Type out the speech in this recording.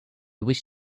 wish